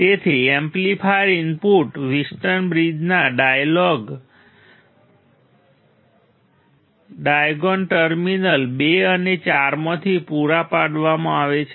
તેથી amplifier input Wheatstone બ્રિજના diagonal terminal બે અને ચારમાંથી પૂરા પાડવામાં આવે છે